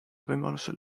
võimalusel